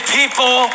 people